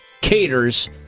caters